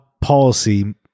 policy